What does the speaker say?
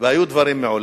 והיו דברים מעולם.